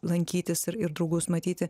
lankytis ir ir draugus matyti